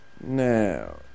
Now